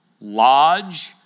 lodge